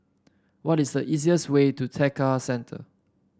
what is the easiest way to Tekka Centre